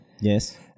Yes